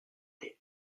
des